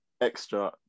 extra